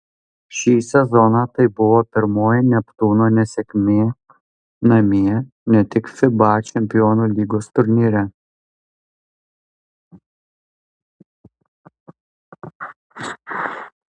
šį sezoną tai buvo pirmoji neptūno nesėkmė namie ne tik fiba čempionų lygos turnyre